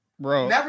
Bro